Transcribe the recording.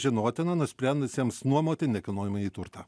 žinotina nusprendusiems nuomoti nekilnojamąjį turtą